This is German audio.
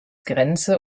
grenze